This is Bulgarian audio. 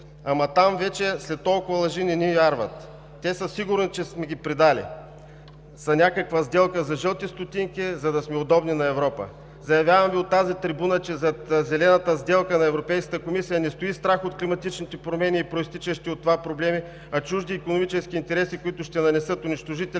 Ама там вече след толкова лъжи не ни вярват. Те са сигурни, че сме ги предали за някаква сделка за жълти стотинки, за да сме удобни на Европа. Заявявам Ви от тази трибуна, че зад Зелената сделка на Европейската комисия не стои страх от климатичните промени и произтичащи от това проблеми, а чужди икономически интереси, които ще нанесат унищожителен